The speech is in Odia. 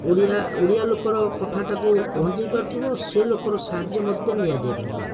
ଓଡ଼ିଆ ଓଡ଼ିଆ ଲୋକର କଥାଟାକୁ ପହଞ୍ଚେଇ ପାରୁଥିବ ସେ ଲୋକର ସାହାଯ୍ୟ ମଧ୍ୟ ନିଆ ଯାଇପାରିବ